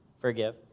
forgive